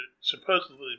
supposedly